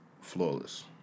flawless